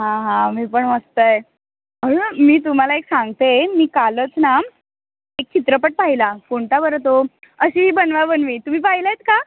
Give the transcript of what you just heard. हां हां मी पण मस्त आहे मी तुम्हाला एक सांगते मी कालच ना एक चित्रपट पाहिला कोणता बरं तो अशी ही बनवाबनवी तुम्ही पाहिला आहेत कां